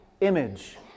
image